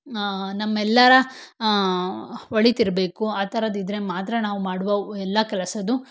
ನಮ್ಮೆಲ್ಲರ ಒಳಿತಿರಬೇಕು ಆ ಥರದ್ದಿದ್ರೆ ಮಾತ್ರ ನಾವು ಮಾಡುವ ಎಲ್ಲ ಕೆಲಸದು